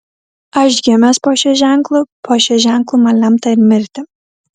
aš gimęs po šiuo ženklu po šiuo ženklu man lemta ir mirti